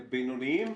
בינוניים,